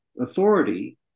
authority